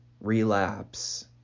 relapse